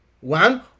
One